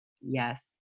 Yes